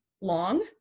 long